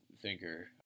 thinker